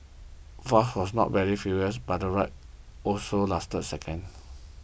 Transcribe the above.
fast but not very furious the ride also lasted seconds